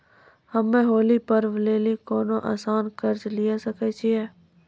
हम्मय होली पर्व लेली कोनो आसान कर्ज लिये सकय छियै?